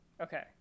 Okay